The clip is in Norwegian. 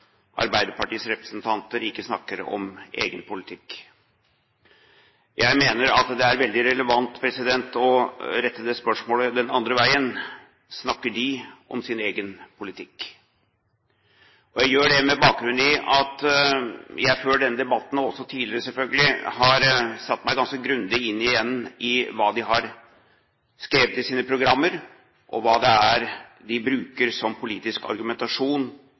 Arbeiderpartiets representanter ikke snakker om egen politikk. Jeg mener det er veldig relevant å rette det spørsmålet den andre veien: Snakker de om sin egen politikk? Jeg gjør det med bakgrunn i at jeg før denne debatten, og også tidligere selvfølgelig, har satt meg ganske grundig inn i hva de har skrevet i sine programmer, og hva det er de bruker som politisk argumentasjon